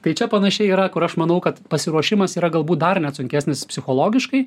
tai čia panašiai yra kur aš manau kad pasiruošimas yra galbūt dar net sunkesnis psichologiškai